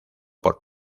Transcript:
por